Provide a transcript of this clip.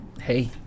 Hey